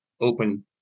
open